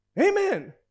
Amen